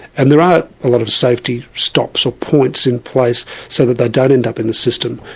and there are a lot of safety stops or points in place so that they don't end up in the system.